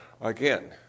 again